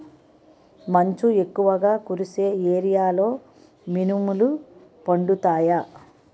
మంచు ఎక్కువుగా కురిసే ఏరియాలో మినుములు పండుతాయా?